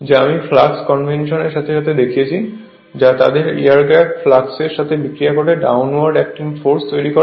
যা আমি ফ্লাক্স কনভেনশনের সাথে দেখিয়েছি যা তাদের এয়ার গ্যাপ ফ্লাক্সের সাথে বিক্রিয়া করে ডাউনওয়ার্ড অ্যাক্টিং ফোর্স তৈরি করে